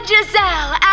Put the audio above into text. Giselle